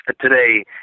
today